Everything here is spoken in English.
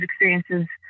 experiences